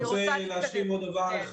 אני רוצה להשלים עוד דבר.